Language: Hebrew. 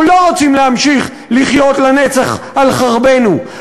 אנחנו לא רוצים להמשיך לחיות לנצח על חרבנו.